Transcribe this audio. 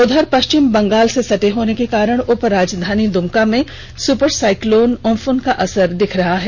उधर पश्चिम बंगाल से सटे होने के कारण उपराजधानी दुमका में सुपर साइक्लोन उम्पुन का असर दिखने लगा है